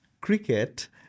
cricket